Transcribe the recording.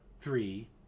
three